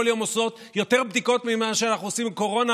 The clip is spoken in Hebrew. כל יום הן עושות יותר בדיקות ממה שאנחנו עושים בקורונה,